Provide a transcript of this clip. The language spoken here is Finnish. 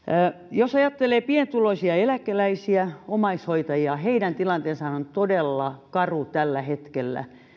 jos ajattelee pienituloisia eläkeläisiä ja omaishoitajia heidän tilanteensahan on todella karu tällä hetkellä